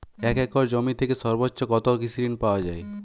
এক একর জমি থেকে সর্বোচ্চ কত কৃষিঋণ পাওয়া য়ায়?